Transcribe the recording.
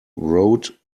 road